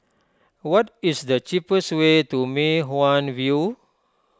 what is the cheapest way to Mei Hwan View